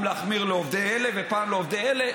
להחמיר לעובדים האלה ופעם לעובדים האלה.